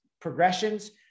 progressions